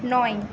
নয়